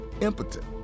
impotent